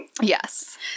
Yes